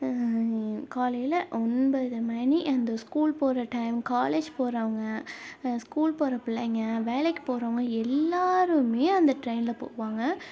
காலையில் ஒன்பது மணி அந்த ஸ்கூல் போகிற டைம் காலேஜ் போகிறாங்க ஸ்கூல் போகிற பிள்ளைங்க வேலைக்கு போகிறவங்க எல்லாருமே அந்த டிரெயினில் போவாங்க